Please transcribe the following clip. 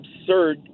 absurd